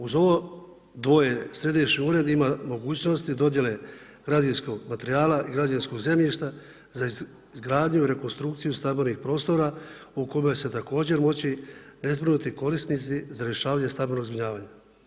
Uz ovo dvoje Središnji ured ima mogućnosti dodjele građevinskog materijala i građevinskog zemljišta za izgradnju i rekonstrukciju stambenih prostora u kome će također moći nezbrinuti korisnici za rješavanje stambenog zbrinjavanja.